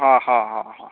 हा हा आ हा